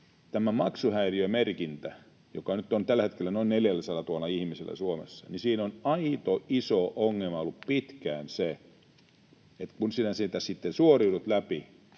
tässä maksuhäiriömerkinnässä, joka nyt on tällä hetkellä noin 400 000 ihmisellä Suomessa, on aito iso ongelma ollut pitkään se, että kun sinä sieltä sitten suoriudut läpi,